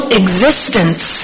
existence